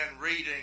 reading